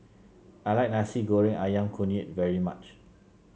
I like Nasi Goreng ayam kunyit very much